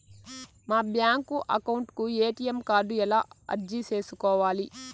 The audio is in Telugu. మా బ్యాంకు అకౌంట్ కు ఎ.టి.ఎం కార్డు ఎలా అర్జీ సేసుకోవాలి?